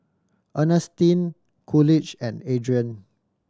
Earnestine Coolidge and Adrain